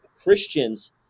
Christians